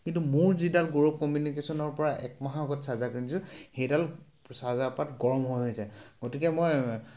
কিন্তু মোৰ যিডাল গৌৰৱ কমিউনিকেশ্যনৰ পৰা এক মাহ আগত চাৰ্জাৰ কিনিছোঁ সেইডাল চাৰ্জাৰপাত গৰম হৈ হৈ যায় গতিকে মই